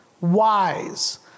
wise